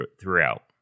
throughout